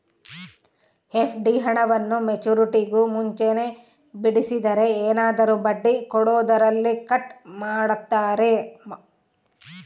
FD ಹಣವನ್ನು ಮೆಚ್ಯೂರಿಟಿಗೂ ಮುಂಚೆನೇ ಬಿಡಿಸಿದರೆ ಏನಾದರೂ ಬಡ್ಡಿ ಕೊಡೋದರಲ್ಲಿ ಕಟ್ ಮಾಡ್ತೇರಾ?